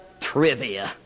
trivia